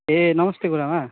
ए नमस्ते गुरुआमा